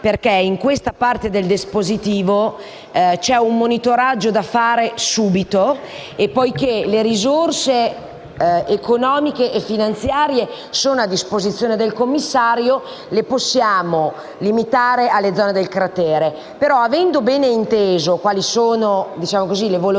cratere». In questa parte del dispositivo si prevede, infatti, un monitoraggio da effettuare subito e, poiché le risorse economiche e finanziarie sono a disposizione del commissario, le possiamo limitare alle zone del cratere. Però, avendo bene inteso quali sono le volontà